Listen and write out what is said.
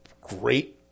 great